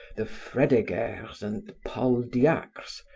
the fredegaires and paul diacres,